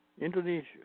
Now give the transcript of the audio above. Indonesia